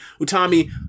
Utami